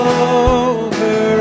over